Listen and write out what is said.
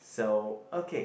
so okay